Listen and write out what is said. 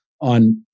on